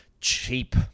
cheap